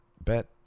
bet